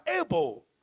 able